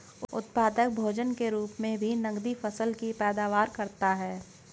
उत्पादक भोजन के रूप मे भी नकदी फसल की पैदावार करता है